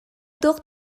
туох